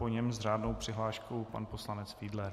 Po něm s řádnou přihláškou pan poslanec Fiedler.